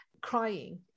crying